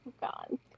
God